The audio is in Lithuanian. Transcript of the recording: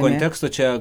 konteksto čia